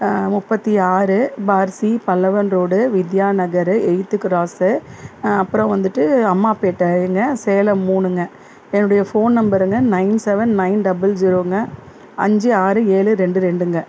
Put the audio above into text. முப்பத்தி ஆறு பார் சி Pallavan road Vidya Nagar eight cross அப்புறம் வந்துட்டு அம்மாபேட்டைங்க சேலம் மூணுங்க என்னுடைய ஃபோன் நம்பருங்க நைன் செவன் நைன் டபுள் ஸீரோங்க அஞ்சு ஆறு ஏழு ரெண்டு ரெண்டுங்க